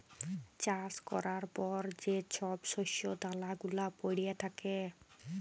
চাষ ক্যরার পর যে ছব শস্য দালা গুলা প্যইড়ে থ্যাকে